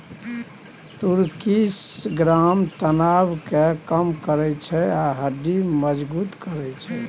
तुर्किश ग्राम तनाब केँ कम करय छै आ हड्डी मजगुत करय छै